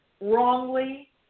wrongly